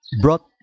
brought